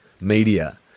media